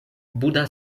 buda